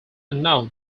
enough